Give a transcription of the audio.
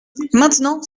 maintenant